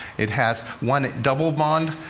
it has one double bond,